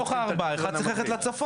מתוך הארבעה אחד צריך ללכת לצפון.